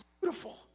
beautiful